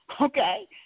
Okay